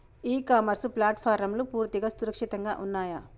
ఇ commerce ప్లాట్ఫారమ్లు పూర్తిగా సురక్షితంగా ఉన్నయా?